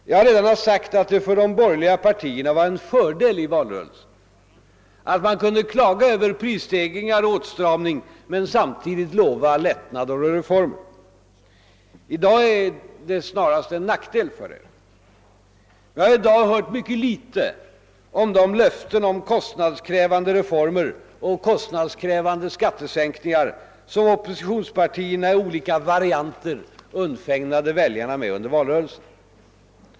Jag har redan sagt att det för de borgerliga partierna var en fördel i valrörelsen att de kunde klaga över prisstegringar och åtstramning men samtidigt lova lättnader och reformer. I dag är detta snarast en nackdel för dem. Vi hör nu mycket litet om de löften om kostnadskrävande reformer och skattesänkningar som oppositionspartierna i olika varianter undfägnade väljarna med under valrörelsen.